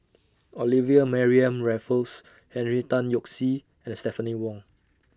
Olivia Mariamne Raffles Henry Tan Yoke See and Stephanie Wong